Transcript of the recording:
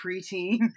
preteen